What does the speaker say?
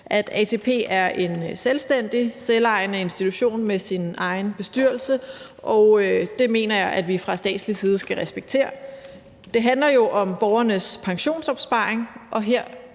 at ATP er en selvstændig, selvejende institution med sin egen bestyrelse, og det mener jeg at vi fra statslig side skal respektere. Det handler jo om borgernes pensionsopsparing, og jeg